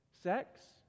Sex